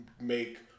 make